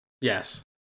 yes